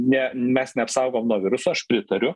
ne mes neapsaugom nuo viruso aš pritariu